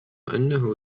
أنه